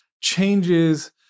changes